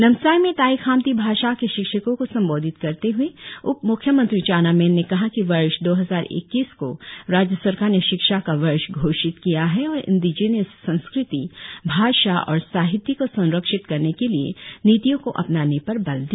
नामसाई में ताई खामती भाषा के शिक्षको को संबोधित करते हए उप मुख्यमंत्री चाऊना मैन ने कहा की वर्ष दो हजार इक्कीस को राज्य सरकार ने शिक्षा का वर्ष घोषित किया है और इंडिजिनस संस्कृती भाषा और साहित्य को संरक्षित करने के लिए नितियों को अपनाने पर बल दिया